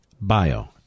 bio